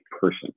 person